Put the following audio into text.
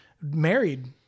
married